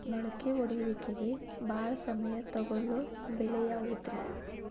ಮೊಳಕೆ ಒಡೆಯುವಿಕೆಗೆ ಭಾಳ ಸಮಯ ತೊಗೊಳ್ಳೋ ಬೆಳೆ ಯಾವುದ್ರೇ?